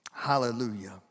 Hallelujah